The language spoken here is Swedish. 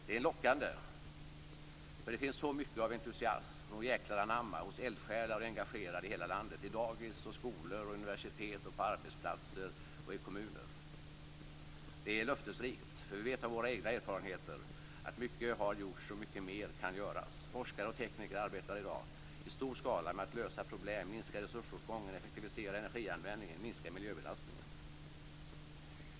Det är lockande, för att det finns så mycket av entusiasm och djäklaranamma hos eldsjälar och engagerade i hela landet på dagis, i skolor, vid universitet, på arbetsplatser och i kommuner. Det är löftesrikt, för vi vet av våra egna erfarenheter att mycket har gjorts och att mycket mer kan göras. Forskare och tekniker arbetar i dag i stor skala med att lösa problem, minska resursåtgången, effektivisera energianvändningen och minska miljöbelastningen.